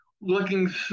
looking